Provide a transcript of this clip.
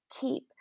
keep